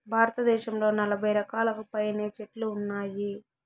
భారతదేశంలో నలబై రకాలకు పైనే చెట్లు ఉన్నాయి